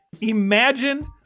imagine